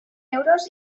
euros